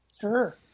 Sure